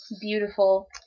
beautiful